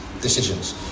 decisions